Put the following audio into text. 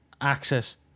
access